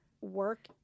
work